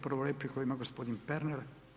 Prvu repliku ima gospodin Pernar.